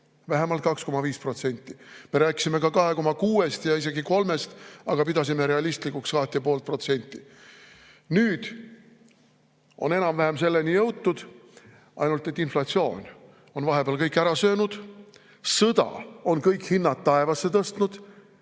vähemalt 2,5% – me rääkisime ka 2,6%‑st ja isegi 3%‑st, aga pidasime realistlikuks 2,5% –, on enam-vähem selleni jõutud. Ainult et inflatsioon on vahepeal kõik ära söönud, sõda on kõik hinnad taevasse tõstnud